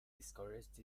discouraged